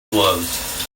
gloves